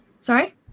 Sorry